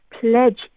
pledge